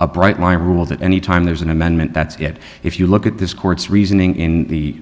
a bright line rule that anytime there's an amendment that's it if you look at this court's reasoning in the